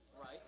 Right